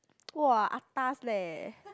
!wah! atas leh